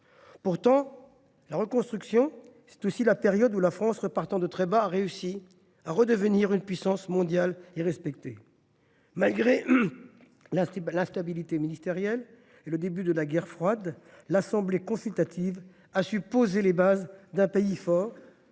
Pourtant, la reconstruction est aussi la période où la France, en repartant de très bas, a réussi à redevenir une puissance mondiale respectée. Malgré l’instabilité ministérielle et le début de la guerre froide, l’Assemblée consultative provisoire a su poser les bases d’un pays fort